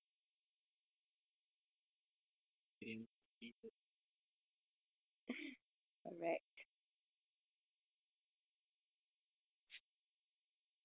experience with lizards and cockroaches